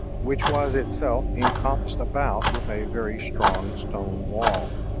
which was itself encompassed about with a very strong stone wall.